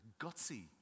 gutsy